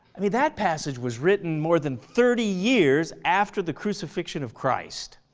i mean that passage was written more than thirty years after the crucifixion of christ.